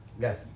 Yes